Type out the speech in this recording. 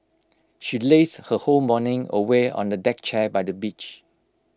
she lazed her whole morning away on A deck chair by the beach